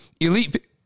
elite